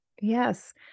Yes